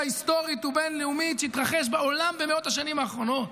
היסטורית ובין-לאומית שהתרחש בעולם במאות השנים האחרונות.